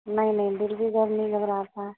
نہیں نہیں بالکل نہیں گھبراتا